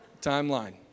Timeline